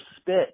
spit